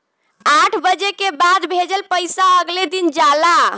आठ बजे के बाद भेजल पइसा अगले दिन जाला